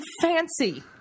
Fancy